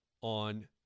On